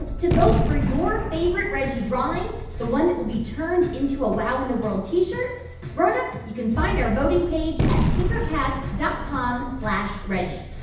to vote for your favorite reggie drawing the one that will be turned into a wow in the world t-shirt grown-ups, you can find our voting page at tinkercast dot com slash reggie.